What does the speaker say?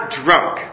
drunk